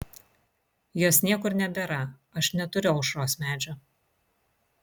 jos niekur nebėra aš neturiu aušros medžio